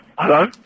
Hello